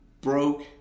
broke